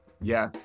Yes